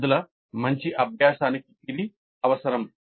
విద్యార్థుల మంచి అభ్యాసానికి ఇది అవసరం